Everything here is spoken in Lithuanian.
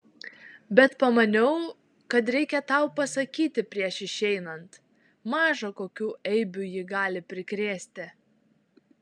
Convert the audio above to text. bet pamaniau kad reikia tau pasakyti prieš išeinant maža kokių eibių ji gali prikrėsti